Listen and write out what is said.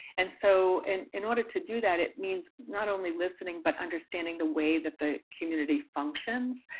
and so and in order to do that, it means not only listening, but understanding the way that the community functions.